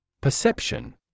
Perception